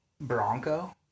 Bronco